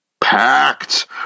packed